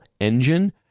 engine